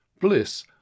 Bliss